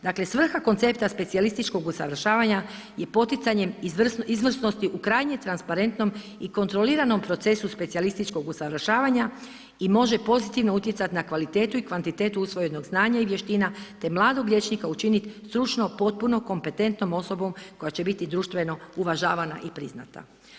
Dakle koncepta specijalističkog usavršavanja je poticanje izvrsnosti u krajnjem transparentnom i kontroliranom procesu specijalističkog usavršavanja i može pozitivno utjecati na kvalitetu i kvantitetu usvojenog znanja i vještina te mladog liječnika stručno potpuno kompetentnom osobom koja će biti društveno uvažavana i priznata.